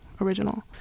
original